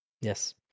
Yes